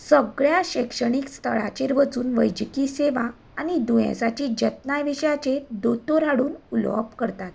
सगळ्या शैक्षणीक स्थळांचेर वचून वैजकी सेवा नी दुयेंसाची जतनाय विशयाचेर दोतोर हाडून उलोवप करतात